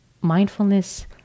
Mindfulness